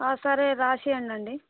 సరే వ్రాసివ్వండి అండి